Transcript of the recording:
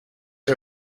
her